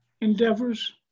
endeavors